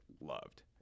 loved